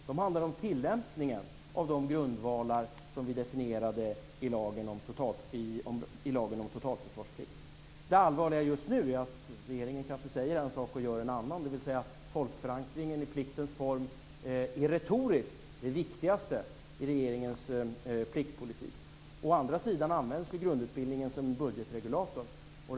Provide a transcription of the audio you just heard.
De handlar om tillämpningen av de grundvalar som vi definierade i lagen om totalförsvarsplikt. Det allvarliga just nu är att regeringen kanske säger en sak och gör en annan, dvs. folkförankringen i pliktens form är retoriskt det viktigaste i regeringens pliktpolitik. Å andra sidan används ju grundutbildningen som en budgetregulator.